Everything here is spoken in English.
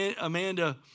Amanda